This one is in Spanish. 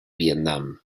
vietnam